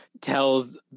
tells